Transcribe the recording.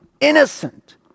innocent